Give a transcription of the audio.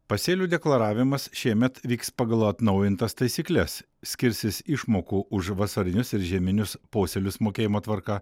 pasėlių deklaravimas šiemet vyks pagal atnaujintas taisykles skirsis išmokų už vasarinius ir žieminius posėlius mokėjimo tvarka